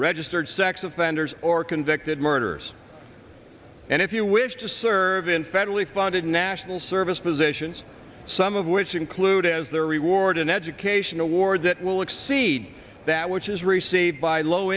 registered sex offenders or convicted murderers and if you wish to serve in federally funded national service positions some of which include is there a reward in education awards that will exceed that which is received by low